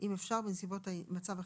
אם אפשר בנסיבות מצב החירום.